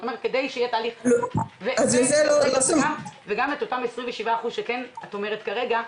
גם עם אותם 27% שאת אומרת שצורכים כרגע,